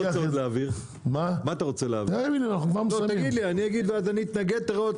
אני רוצה לוודא חוות הדעת